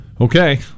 Okay